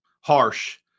harsh